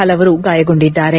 ಹಲವರು ಗಾಯಗೊಂಡಿದ್ದಾರೆ